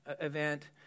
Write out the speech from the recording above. event